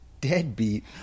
deadbeat